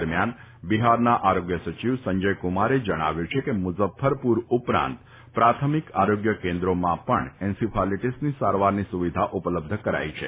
દરમિયાન બિહારના આરોગ્ય સચિવ સંજયકુમારે જણાવ્યું છે કે મુજફ્ફરપુર ઉપરાંત પ્રાથમિક આરોગ્ય કેન્દ્રોમાં પણ એન્સીફાલીટીસની સારવારની સુવિધા ઉપલબ્ધ કરાઇ છે